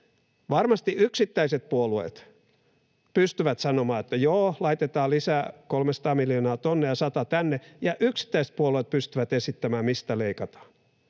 Varmasti yksittäiset puolueet pystyvät sanomaan, että joo, laitetaan lisää 300 miljoonaa tuonne ja 100 tänne, ja yksittäiset puolueet pystyvät esittämään, mistä leikataan.